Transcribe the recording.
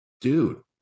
dude